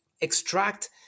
extract